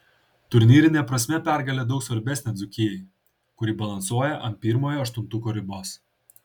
turnyrine prasme pergalė daug svarbesnė dzūkijai kuri balansuoja ant pirmojo aštuntuko ribos